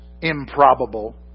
improbable